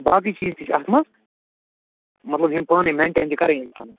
باقٕے چیٖز تہِ چھِ اَتھ منٛز مطلب یِم پانَے مٮ۪نٛٹین چھِ کَرٕنۍ اِنسانَس